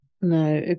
No